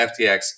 FTX